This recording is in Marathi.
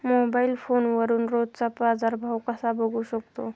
मोबाइल फोनवरून रोजचा बाजारभाव कसा बघू शकतो?